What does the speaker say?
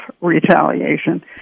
retaliation